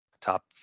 top